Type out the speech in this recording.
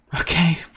okay